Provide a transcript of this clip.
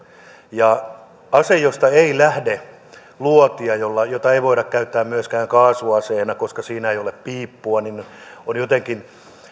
ja kun on kyse aseesta josta ei lähde luotia jota ei voida käyttää myöskään kaasuaseena koska siinä ei ole piippua niin on jotenkin